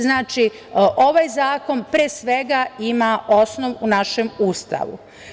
Znači, ovaj zakon pre svega ima osnov u našem Ustavu.